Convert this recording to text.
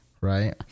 Right